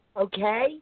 okay